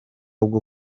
bwo